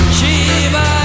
Shiva